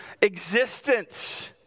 existence